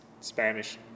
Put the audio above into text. Spanish